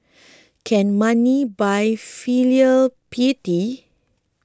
can money buy filial piety